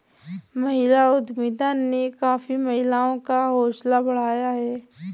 महिला उद्यमिता ने काफी महिलाओं का हौसला बढ़ाया है